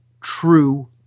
true